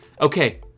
Okay